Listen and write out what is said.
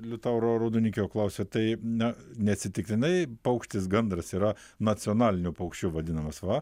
liutauro raudonikio klausiu tai na neatsitiktinai paukštis gandras yra nacionaliniu paukščiu vadinamas va